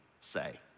say